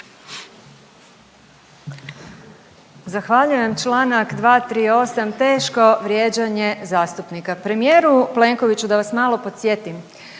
Zahvaljujem. Čl. 238. teško vrijeđanje zastupnika. Premijeru Plenkoviću da vas malo podsjetim